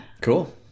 Cool